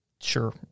sure